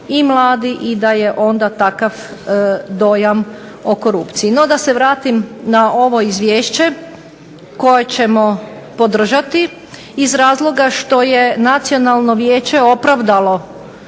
i mladi i da je onda takav dojam o korupciji. No da se vratim na ovo izvješće koje ćemo podržati iz razloga što je Nacionalno vijeće opravdalo